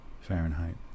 Fahrenheit